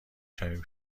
شویم